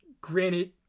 granted